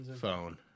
phone